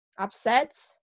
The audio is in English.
upset